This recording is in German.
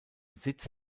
sitz